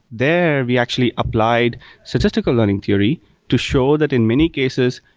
there, we actually applied statistical learning theory to show that in many cases,